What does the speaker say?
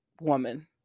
woman